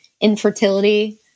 infertility